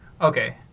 Okay